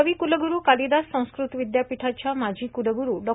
कविकुलगुरू कालिदास संस्कृत विद्यापीठाच्या माजी कुलगुरू डॉ